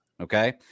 Okay